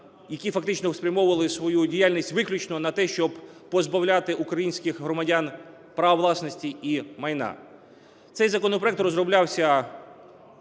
які фактично спрямовували свою діяльність виключно на те, щоб позбавляти українських громадян права власності і майна. Цей законопроект розроблявся